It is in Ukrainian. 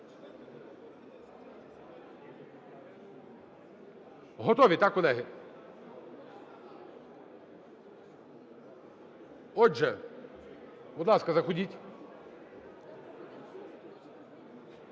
Готові, так, колеги? Отже, будь ласка, заходіть.